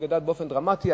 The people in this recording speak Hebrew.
שגדל באופן דרמטי.